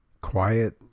quiet